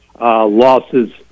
losses